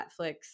Netflix